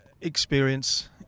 experience